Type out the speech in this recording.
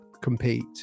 compete